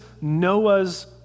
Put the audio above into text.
Noah's